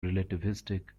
relativistic